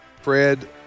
Fred